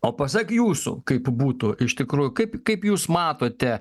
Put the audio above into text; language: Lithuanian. o pasak jūsų kaip būtų iš tikrųjų kaip kaip jūs matote